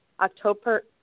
October